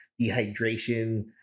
dehydration